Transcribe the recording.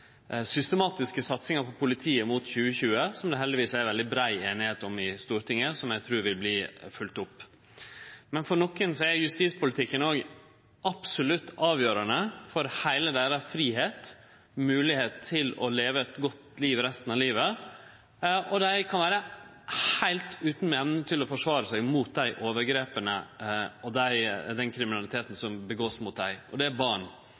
systematiske satsinga på politiet mot 2020, som det heldigvis er ei veldig brei einigheit om i Stortinget, og som eg trur vil verte følgt opp. Men for nokon er justispolitikken absolutt avgjerande for heile deira fridom, deira moglegheit til å leve eit godt liv resten av livet, og dei kan vere heilt utan evne til å forsvare seg mot dei overgrepa og den kriminaliteten som vert gjort mot dei – og det er barn.